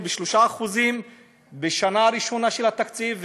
או ב-3% בשנה הראשונה של התקציב,